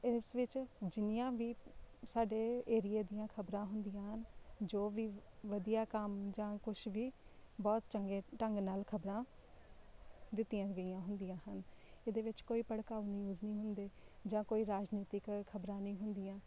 ਇਸ ਵਿੱਚ ਜਿੰਨੀਆਂ ਵੀ ਸਾਡੇ ਏਰੀਏ ਦੀਆਂ ਖਬਰਾਂ ਹੁੰਦੀਆਂ ਹਨ ਜੋ ਵੀ ਵਧੀਆ ਕੰਮ ਜਾਂ ਕੁਛ ਵੀ ਬਹੁਤ ਚੰਗੇ ਢੰਗ ਨਾਲ ਖਬਰਾਂ ਦਿੱਤੀਆਂ ਗਈਆਂ ਹੁੰਦੀਆਂ ਹਨ ਇਹਦੇ ਵਿੱਚ ਕੋਈ ਭੜਕਾਊ ਨਿਊਜ਼ ਨਹੀਂ ਹੁੰਦੇ ਜਾਂ ਕੋਈ ਰਾਜਨੀਤਿਕ ਖਬਰਾਂ ਨਹੀਂ ਹੁੰਦੀਆਂ